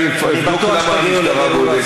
אני אבדוק למה המשטרה לא בודקת.